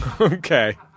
Okay